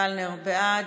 קלנר, בעד.